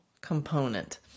component